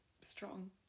strong